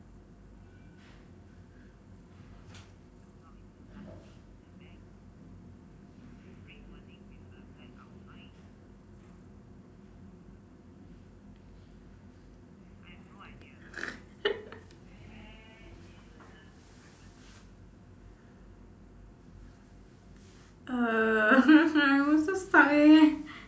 uh I'm also stuck eh